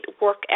work